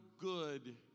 good